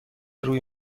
روی